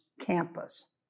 campus